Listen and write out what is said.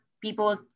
people